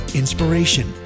inspiration